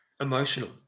emotional